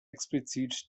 explizit